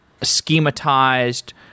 schematized